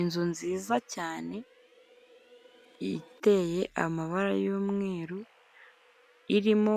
Inzu nziza cyane iteye amabara y'umweru, irimo